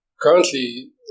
Currently